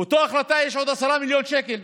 באותה החלטה יש עוד 10 מיליון שקל.